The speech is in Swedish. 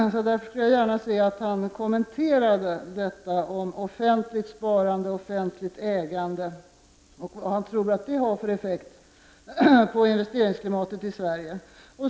Därför skulle jag gärna se att han kommenterade detta om offentligt sparande och offentligt ägande och att han talade om vad han tror att det har för effekt på investeringsklimatet i Sverige.